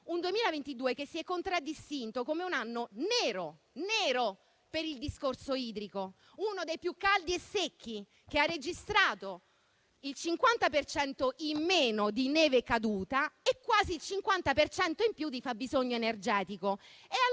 un 2022 che si è contraddistinto come un anno nero per il discorso idrico. È stato uno dei più caldi e secchi e ha registrato il 50 per cento in meno di neve caduta e quasi il 50 per cento in più di fabbisogno energetico.